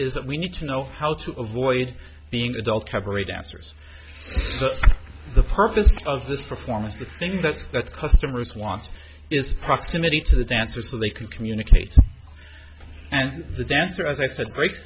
is that we need to know how to avoid being adult cabaret dancers the purpose of this performance the thing that that customers want is proximity to the dancer so they can communicate and the dancer as i said break